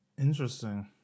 Interesting